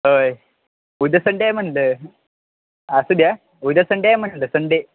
होय उद्या संडे आहे म्हणलं असू द्या उद्या संडे म्हणलं संडे